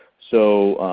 so